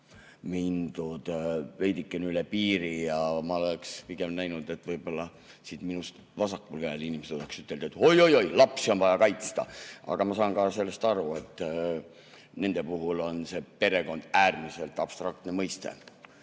mindud veidikene üle piiri ja ma oleks pigem näinud, et siin minust vasakul käel inimesed oleksid öelnud, et oi-oi-oi, lapsi on vaja kaitsta. Aga ma saan ka sellest aru, et nende puhul on perekond äärmiselt abstraktne mõiste.